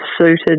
suited